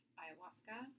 ayahuasca